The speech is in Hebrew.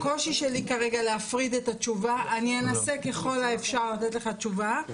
הקושי שלי כרגע להפריד את התשובה אני אנסה ככל האפשר לתת לך תשובה,